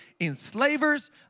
enslavers